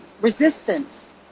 resistance